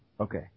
Okay